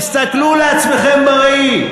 תסתכלו על עצמכם בראי.